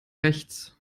rechts